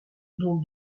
dont